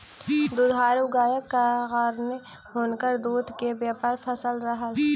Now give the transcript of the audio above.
दुधारू गायक कारणेँ हुनकर दूध के व्यापार सफल रहल